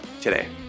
today